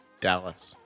Dallas